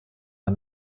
der